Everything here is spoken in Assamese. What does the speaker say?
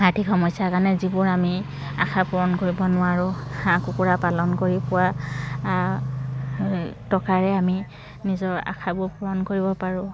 আৰ্থিক সমস্যাৰ কাৰণে যিবোৰ আমি আশা পূৰণ কৰিব নোৱাৰোঁ হাঁহ কুকুৰা পালন কৰি পোৱা টকাৰে আমি নিজৰ আশাবোৰ পূৰণ কৰিব পাৰোঁ